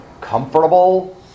comfortable